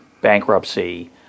bankruptcy